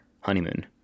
honeymoon